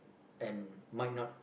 and might not